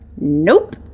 Nope